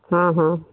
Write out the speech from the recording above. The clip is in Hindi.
हाँ हाँ ठीक